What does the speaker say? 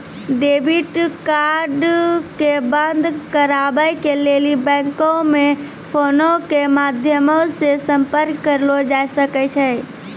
debit card के बंद कराबै के लेली बैंको मे फोनो के माध्यमो से संपर्क करलो जाय सकै छै